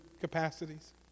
capacities